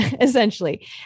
essentially